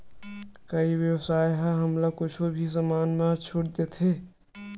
का ई व्यवसाय ह हमला कुछु भी समान मा छुट देथे?